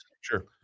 Sure